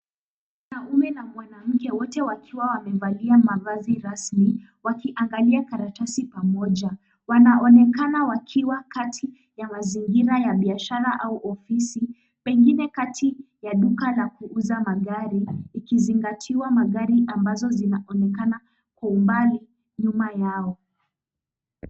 Mwanaume na mwanamke wote wakiwa wamevalia mavazi rasmi, wakiangalia karatasi pamoja, wanaonekana wakiwa kati ya mazingira ya biashara au ofisi, pengine kati ya duka la kuuza magari, ikizingatiwa magari ambazo zinaonekana kwa umbali nyuma yao.